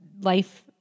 Life